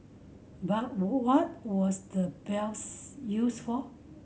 but what was the bells used for